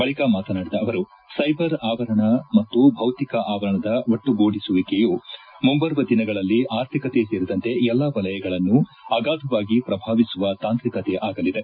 ಬಳಿಕ ಮಾತನಾಡಿದ ಅವರು ಸೈಬರ್ ಆವರಣ ಮತ್ತು ಭೌತಿಕ ಆವರಣದ ಒಟ್ಟುಗೂಡಿಸುವಿಕೆಯು ಮುಂಬರುವ ದಿನಗಳಲ್ಲಿ ಆರ್ಥಿಕತೆ ಸೇರಿದಂತೆ ಎಲ್ಲಾ ವಲಯಗಳನ್ನು ಅಗಾಧವಾಗಿ ಪ್ರಭಾವಿಸುವ ತಾಂತ್ರಿಕತೆ ಆಗಲಿದೆ